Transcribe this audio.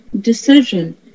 decision